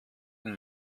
ein